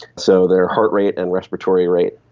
so their heart rate and respiratory rate.